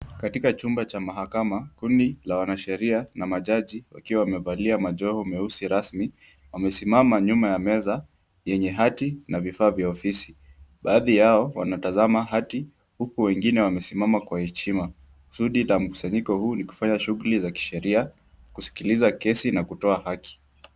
Katika chumba cha mahakama kundi la wanasheria na majaji wakiwa wamevalia majoho meusi rasmi wamesimama nyuma ya meza yenye hati na vifaa vya ofisi. Baadhi yao wanatazama hati huku wengine wamesimama kwa heshima. Kusudi la mkusanyiko huu ni kufanya shughuli za kisheria, kusikiliza kesi na kutoa haki.